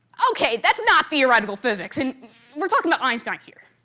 ok, that's not theoretical physics, and we're talking about einstein here.